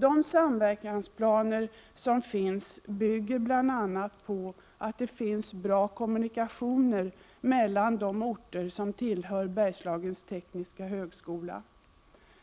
De samverkansplaner som finns bygger på att det finns bra kommunikationer mellan de orter som tillhör Bergslagens tekniska högskola.